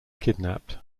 kidnapped